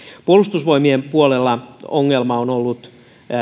puolustusvoimien puolella ongelma on ollut